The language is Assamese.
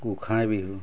গোঁসাই বিহু